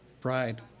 Pride